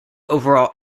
overall